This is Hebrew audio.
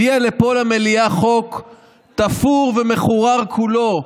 הביאה לפה למליאה חוק תפור ומחורר כולו,